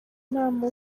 inama